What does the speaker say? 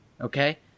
okay